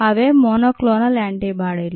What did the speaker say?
అవే monoclonal యాంటీబాడీలు